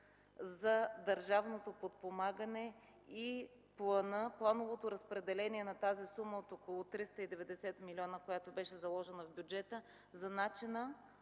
за държавното подпомагане и плановото разпределение на сумата от около 390 милиона, която беше заложена в бюджета, за начина